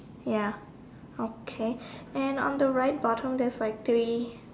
ya okay and on the right bottom there's like three